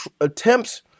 attempts